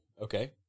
okay